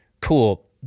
cool